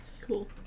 Cool